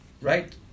right